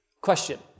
Question